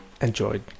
enjoyed